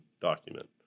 document